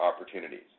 opportunities